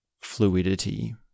fluidity